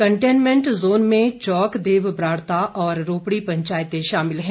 containment zone में चौक देव ब्राड़ता और रोपड़ी पंचायते शामिल हैं